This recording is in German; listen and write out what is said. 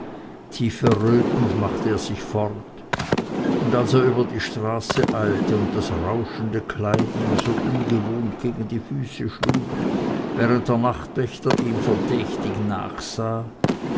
tief errötend machte er sich fort und als er über die straße eilte und das rauschende kleid ihm so ungewohnt gegen die füße schlug während der nachtwächter ihm verdächtig nachsah